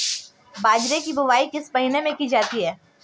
बाजरे की बुवाई किस महीने में की जाती है?